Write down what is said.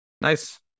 Nice